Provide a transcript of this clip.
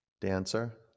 dancer